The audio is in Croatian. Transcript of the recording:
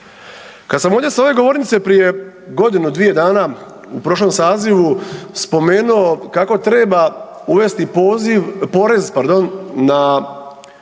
Kad sam ovdje s ove govornice prije godinu dvije dana u prošlom sazivu spomenuo kako treba uvesti poziv, porez,